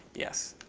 yes.